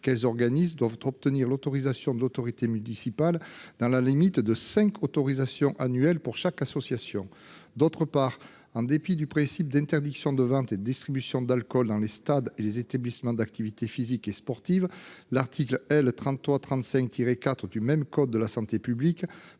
qu’elles organisent, l’autorisation de l’autorité municipale, dans la limite de cinq autorisations annuelles pour chaque association. D’autre part, en dépit du principe d’interdiction de vente et de distribution d’alcool dans les stades et les établissements d’activités physiques et sportives, l’article L. 3335 4 du même code dispose